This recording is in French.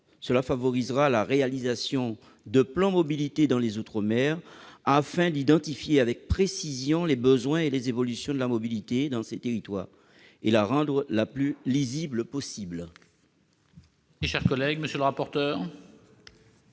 Cela favorisera la réalisation de plans de mobilité dans les outre-mer, aux fins d'identifier avec précision les besoins et les évolutions de la mobilité dans ces territoires. Quel est l'avis de la